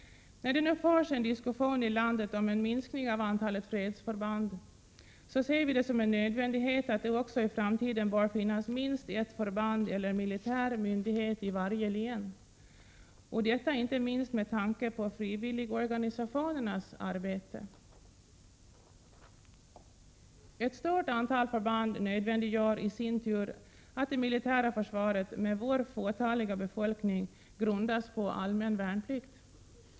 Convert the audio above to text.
När det nu förs en diskussion i landet om en minskning av antalet fredsförband, ser vi det som en nödvändighet att det också i framtiden finns minst ett förband eller en militär myndighet i varje län — inte minst med tanke på frivilligorganisationernas arbete. Ett stort antal förband nödvändiggör i sin tur att det militära försvaret, med tanke på vår fåtaliga befolkning, grundas på allmän värnplikt.